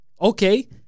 Okay